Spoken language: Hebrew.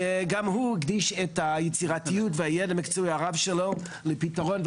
שגם הוא הקדיש את היצירתיות ואת הידע המקצועי והרב שלו לפתרון.